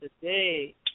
today